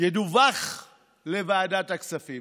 ידווח לוועדת הכספים.